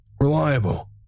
reliable